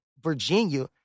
Virginia